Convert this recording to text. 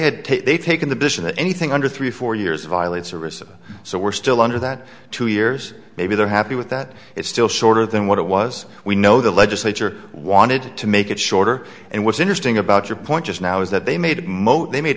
to they've taken the position that anything under three four years violates arista so we're still under that two years maybe they're happy with that it's still shorter than what it was we know the legislature wanted to make it shorter and what's interesting about your point just now is that they made mo they made